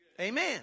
Amen